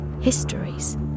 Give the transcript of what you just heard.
histories